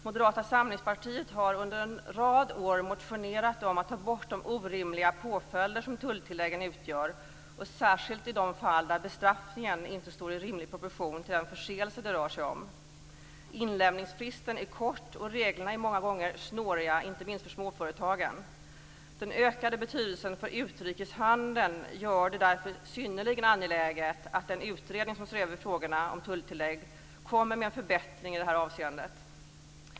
Moderata samlingspartiet har under en rad år motionerat om att ta bort de orimliga påföljder som tulltilläggen utgör, särskilt i de fall där bestraffningen inte står i rimlig proportion till de förseelser det rör sig om. Inlämningsfristen är kort, och reglerna är många gånger snåriga, inte minst för småföretagen. Den ökade betydelsen för utrikeshandeln gör det därför synnerligen angeläget att den utredning som ser över frågorna om tulltillägg kommer med en förbättring i det här avseendet.